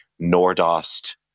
Nordost